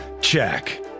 check